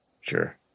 Sure